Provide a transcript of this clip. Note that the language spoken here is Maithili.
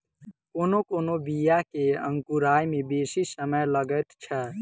कोनो कोनो बीया के अंकुराय मे बेसी समय लगैत छै